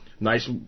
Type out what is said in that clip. Nice